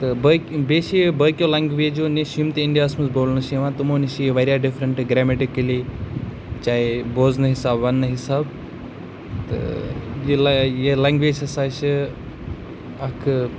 تہٕ بہ بیٚیہِ چھ یہِ باقیو لنگویجو نِش یِم تہِ اِنڈیاہَس بولنہٕ چھِ یِوان تِمو نِش چھ یہِ واریاہ ڈِفرَںٛٹ گرٛیمٹِکٔلی چاہے بوزنہٕ حِساب وَننہٕ حِساب تہٕ یہِ لنٛ یہِ لنٛگویج ہَسا چھِ اَکھ